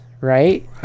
right